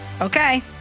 Okay